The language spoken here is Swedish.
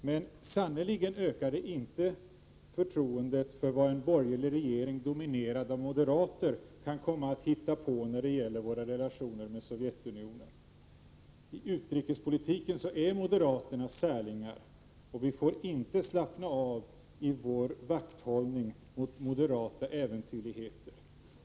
Men det ökar sannerligen inte förtroendet för vad en borgerlig regering dominerad av moderater kan komma att hitta på när det gäller våra relationer med Sovjetunionen. I utrikespolitiken är moderaterna särlingar, och vi får inte slappna av i vår vakthållning mot moderaternas äventyrligheter.